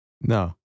no